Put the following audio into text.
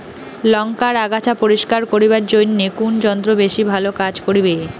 লংকার আগাছা পরিস্কার করিবার জইন্যে কুন যন্ত্র বেশি ভালো কাজ করিবে?